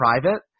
private